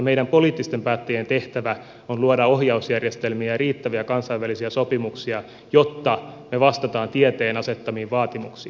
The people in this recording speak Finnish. meidän poliittisten päättäjien tehtävä on luoda ohjausjärjestelmiä ja riittäviä kansainvälisiä sopimuksia jotta me vastaamme tieteen asettamiin vaatimuksiin